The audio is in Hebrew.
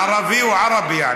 ערבי הוא ערפי.